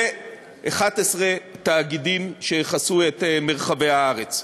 ל-11 תאגידים שיכסו את מרחבי הארץ.